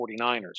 49ers